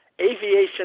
aviation